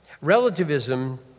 Relativism